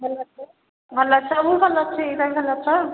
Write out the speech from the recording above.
ଭଲ ଅଛ ଭଲ ଅଛି ମୁଁ ଭଲ ଅଛି ତୁମେ ଭଲ ଅଛ